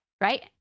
right